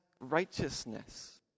righteousness